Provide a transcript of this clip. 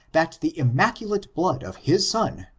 that the immaculate blood of his son,